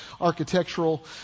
architectural